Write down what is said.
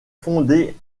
fondée